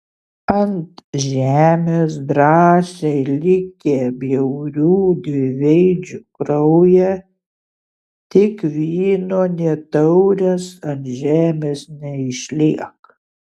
ant žemės drąsiai likę bjaurių dviveidžių kraują tik vyno nė taurės ant žemės neišliek